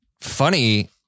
funny